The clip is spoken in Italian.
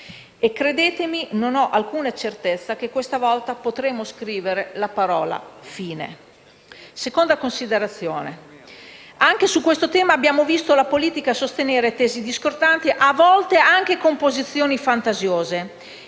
E, credetemi, non ho alcuna certezza che questa volta potremo scrivere la parola fine. La seconda considerazione è che anche su questo tema abbiamo visto la politica sostenere tesi discordanti, a volte anche con posizioni fantasiose,